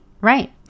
right